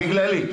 בגללי.